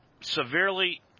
severely